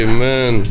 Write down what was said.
Amen